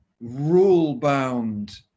rule-bound